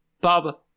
Bob